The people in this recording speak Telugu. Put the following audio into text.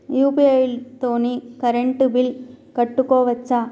యూ.పీ.ఐ తోని కరెంట్ బిల్ కట్టుకోవచ్ఛా?